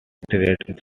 ted